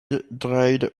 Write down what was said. dried